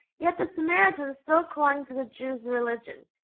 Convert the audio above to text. yet the samaritans still clung to the jews' religion,